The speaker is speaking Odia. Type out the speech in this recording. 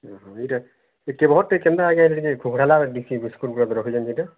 ଓଃ ଏଇଟା ଟିକେ ଭଲ୍ ଟିକେ ଏନ୍ତା ବିସ୍କୁଟ୍ ରଖିଛନ୍ତି ସେଇଟା